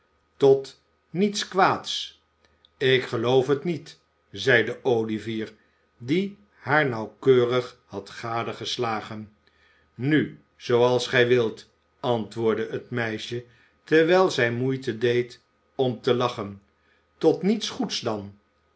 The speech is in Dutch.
tot niets kwaads ik geloof het niet zeide olivier die haar nauwkeurig had gadegeslagen nu zooals gij wilt antwoordde het meisje terwijl zij moeite deed om te lachen tot niets goeds